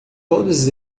todos